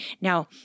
Now